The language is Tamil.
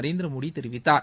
நரேந்திரமோடி தெரிவித்தார்